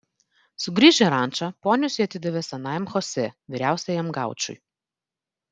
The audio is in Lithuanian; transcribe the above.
sugrįžę į rančą ponius jie atidavė senajam chosė vyriausiajam gaučui